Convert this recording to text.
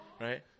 right